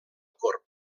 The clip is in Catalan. cort